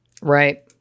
Right